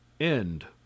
End